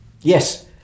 yes